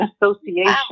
association